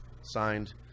Signed